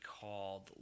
called